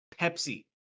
Pepsi